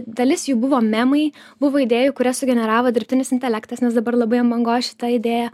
dalis jų buvo memai buvo idėjų kurias sugeneravo dirbtinis intelektas nes dabar labai ant bangos šita idėja